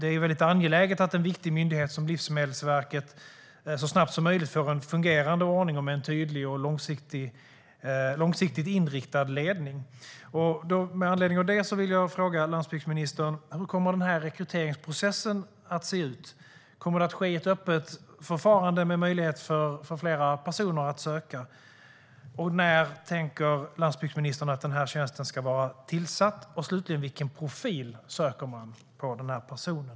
Det är väldigt angeläget att en viktig myndighet som Livsmedelsverket så snabbt som möjligt får en fungerande ordning och en tydlig och långsiktigt inriktad ledning. Med anledning av detta vill jag fråga landsbygdsministern: Hur kommer denna rekryteringsprocess att se ut? Kommer det att ske i ett öppet förfarande med möjlighet för flera personer att söka? När tänker landsbygdsministern att tjänsten ska vara tillsatt? Slutligen vill jag fråga vilken profil man söker på den här personen.